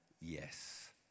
yes